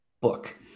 book